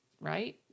right